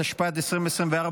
התשפ"ד 2024,